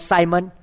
Simon